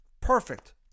Perfect